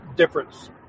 Difference